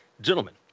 Gentlemen